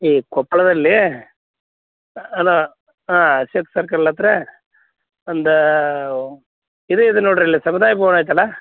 ಈ ಕೊಪ್ಪಳದಲ್ಲಿ ಅಲ್ಲ ಹಾಂ ಅಶೋಕ್ ಸರ್ಕಲ್ ಹತ್ರ ಒಂದು ವು ಇದು ಇದೆ ನೋಡಿರಿ ಅಲ್ಲಿ ಸಮುದಾಯ ಭವನ ಐತಲ್ಲ